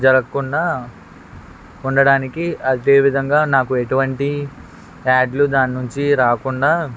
జరగకుండా ఉండడానికి అదేవిధంగా నాకు ఎటువంటి యాడ్లు దాని నుంచి రాకుండా